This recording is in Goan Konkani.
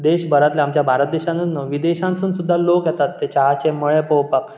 देश भरातले आमच्या भारत देशानूच न्हू विदेशानसून सुद्दां लोक येतात ते चाआचे मळे पळोवपाक